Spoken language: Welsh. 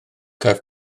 caiff